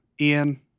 Ian